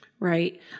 Right